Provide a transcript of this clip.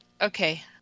Okay